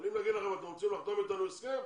יכולים להגיד לכם: אתם רוצים לחתום איתנו הסכם?